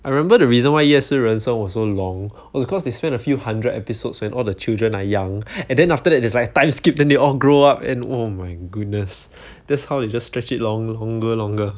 I remember the reason why 夜市人生 was so long was cause they spent a few hundred episodes when all the children are young and then after that there's like time skip then they all grow up and oh my goodness that's how you just stretch it long longer longer